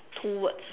two words